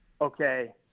okay